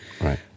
Right